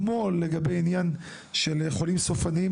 כמו התמקדות בפרידה מהחולים הסופניים